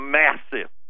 massive